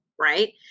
Right